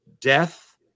death